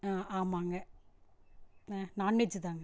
ஆமாங்க நான் வெஜ்தாங்க